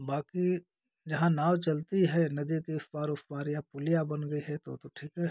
बाकी जहाँ नाव चलती है नदी के इस पार उस पार या पुलिया बन गई है तो तो ठीक है